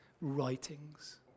writings